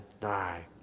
die